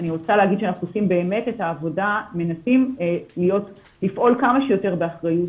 אנחנו מנסים לפעול כמה שיותר באחריות,